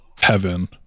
heaven